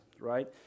right